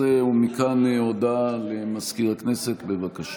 11). מכאן, הודעה למזכיר הכנסת, בבקשה.